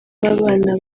b’abana